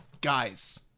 guys